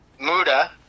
Muda